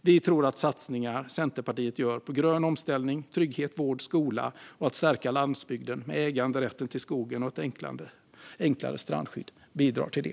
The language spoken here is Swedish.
Vi tror att satsningar som Centerpartiet gör på grön omställning, trygghet, vård och skola och på att stärka landsbygden med äganderätt till skogen och ett enklare strandskydd bidrar till det.